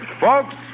Folks